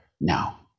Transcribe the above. now